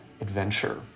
adventure